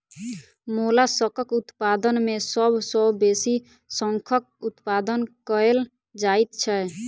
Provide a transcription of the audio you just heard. मोलास्कक उत्पादन मे सभ सॅ बेसी शंखक उत्पादन कएल जाइत छै